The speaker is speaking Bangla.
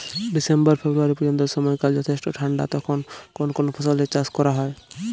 ডিসেম্বর ফেব্রুয়ারি পর্যন্ত সময়কাল যথেষ্ট ঠান্ডা তখন কোন কোন ফসলের চাষ করা হয়?